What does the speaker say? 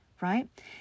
right